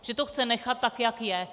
Že to chce nechat tak, jak je.